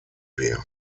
wir